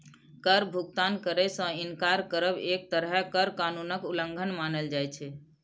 कर भुगतान करै सं इनकार करब एक तरहें कर कानूनक उल्लंघन मानल जाइ छै